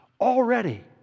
Already